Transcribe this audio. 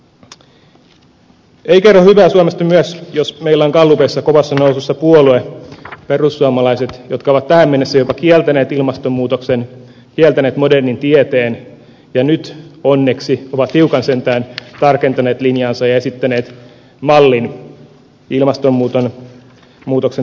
ei myöskään kerro hyvää suomesta jos meillä on gallupeissa kovassa nousussa puolue perussuomalaiset jotka ovat tähän mennessä jopa kieltäneet ilmastonmuutoksen kieltäneet modernin tieteen ja nyt onneksi ovat hiukan sentään tarkentaneet linjaansa ja esittäneet mallin ilmastonmuutoksen torjumiseksi